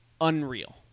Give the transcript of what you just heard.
Unreal